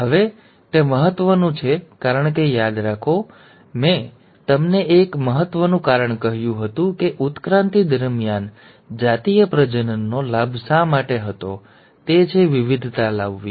હવે તે મહત્ત્વનું છે કારણ કે યાદ રાખો મેં તમને એક મહત્ત્વનું કારણ કહ્યું હતું કે ઉત્ક્રાંતિ દરમિયાન જાતીય પ્રજનનનો લાભ શા માટે હતો તે છે વિવિધતા લાવવી